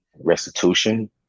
restitution